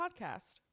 Podcast